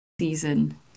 season